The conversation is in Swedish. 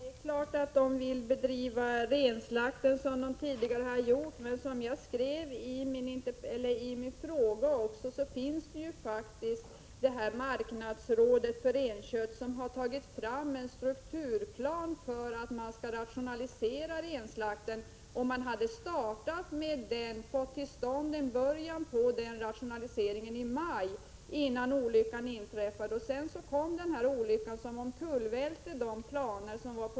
Herr talman! Det är klart att samerna vill bedriva renslakten som de tidigare gjort, men som jag skrev i min fråga har marknadsrådet för renkött tagit fram en strukturplan för att rationalisera renslakten. Man hade startat med denna rationalisering i våras innan Tjernobylolyckan inträffade. Sedan välte olyckan planerna.